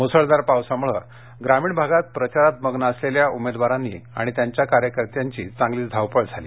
मुसळधार पावसामुळे ग्रामीण भागात प्रचारात मग्न असलेल्या उमेदवारांना आणि त्यांच्या कार्यकर्त्यांची चांगलीच धावपळ झाली